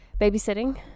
babysitting